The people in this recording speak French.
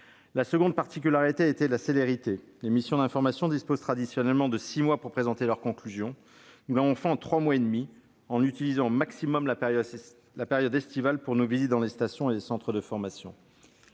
La seconde particularité a été la célérité. Les missions d'information disposent traditionnellement de six mois pour présenter leurs conclusions. Nous avons mené nos travaux en trois mois et demi, en utilisant au maximum la période estivale pour nos visites dans les stations et les centres de formation.